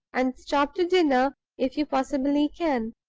and stop to dinner if you possibly can.